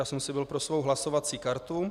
Já jsem si byl pro svou hlasovací kartu.